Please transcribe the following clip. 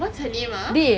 what's her name ah